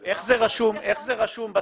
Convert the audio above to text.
איך זה רשום בטאבו?